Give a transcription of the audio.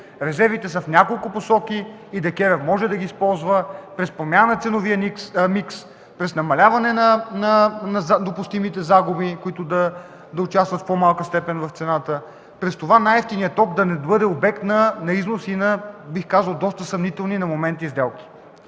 Резервите са в няколко посоки – ДКЕВР може да ги използва през промяна на ценовия микс, през намаляване на допустимите загуби, които да участват в по-малка степен в цената. При това най-евтиния ток да не бъде обект на износ и на бих казал на доста съмнителни на момента сделки.